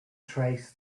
trace